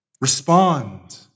Respond